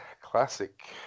classic